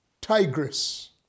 Tigris